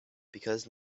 because